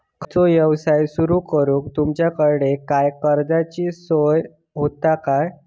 खयचो यवसाय सुरू करूक तुमच्याकडे काय कर्जाची सोय होता काय?